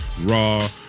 Raw